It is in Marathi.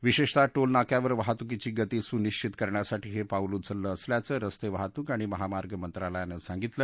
विशेषत टोल नाक्यावर वाहतुकीची गती सुनिश्चित करण्यासाठी हे पाऊल उचललं असल्याचं रस्ते वाहतूक आणि महामार्ग मंत्रालयानं सांगितलं